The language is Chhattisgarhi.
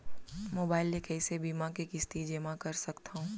मोबाइल ले कइसे बीमा के किस्ती जेमा कर सकथव?